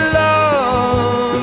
love